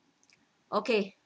okay